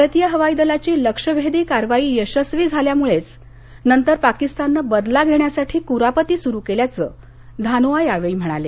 भारतीय हवाई दलाची लक्ष्यभेदी कारवाई यशस्वी झाल्यामुळंच नंतर पाकिस्ताननं बदला घेण्यासाठी कुरापती सुरू केल्याचं धानोआ यावेळी म्हणाले